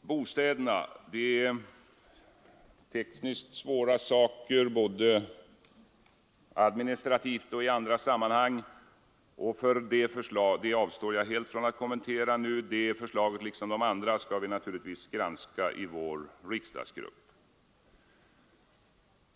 till bostäderna är tekniskt svåra saker, både administrativt och i andra sammanhang. Det förslaget avstår jag helt från att kommentera nu, men det förslaget, liksom de andra, skall vi naturligtvis granska i vår riksdagsgrupp.